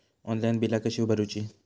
Online बिला कशी भरूची?